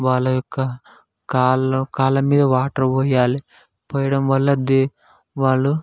వాళ్ళ యొక్క కాళ్ళ కాళ్ళ మీద వాటర్ పొయ్యాలి పొయ్యడం వల్ల ది వాళ్ళు